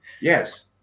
Yes